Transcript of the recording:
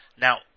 Now